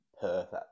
perfect